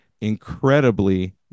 incredibly